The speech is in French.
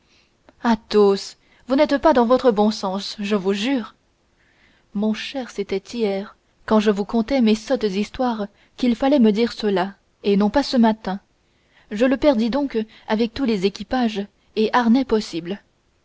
proverbe athos vous n'êtes pas dans votre bon sens je vous jure mon cher c'était hier quand je vous contais mes sottes histoires qu'il fallait me dire cela et non pas ce matin je le perdis donc avec tous les équipages et harnais possibles